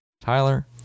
Tyler